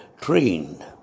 trained